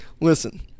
Listen